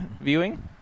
viewing